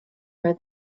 her